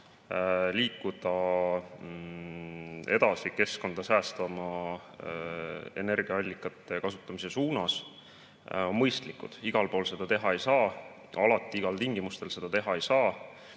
liikuda keskkonda säästvama energiaallikate kasutamise suunas, on mõistlik. Igal pool seda teha ei saa, alati ja igal tingimusel seda teha ei saa.